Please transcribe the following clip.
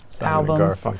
albums